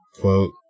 Quote